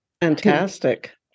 Fantastic